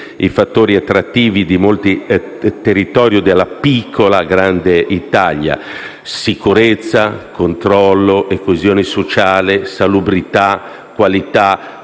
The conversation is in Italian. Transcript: i fattori attrattivi di molti territori della piccola, grande Italia: sicurezza, controllo e coesione sociale, salubrità, qualità,